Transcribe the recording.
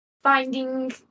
finding